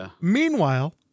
Meanwhile